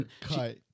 Cut